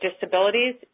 disabilities